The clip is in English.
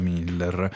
Miller